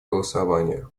голосования